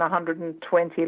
120